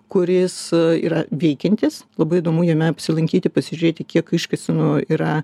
kuris yra veikiantis labai įdomu jame apsilankyti pasižiūrėti kiek iškasenų yra